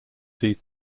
see